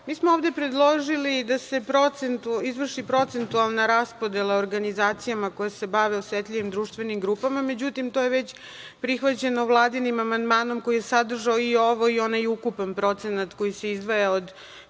smo ovde predložili da se izvrši procentualna raspodela organizacijama koje se bave osetljivim društvenim grupama, međutim, to je već prihvaćeno Vladinim amandmanom koji je sadržao i ovo i onaj ukupan procenat koji se izdvaja od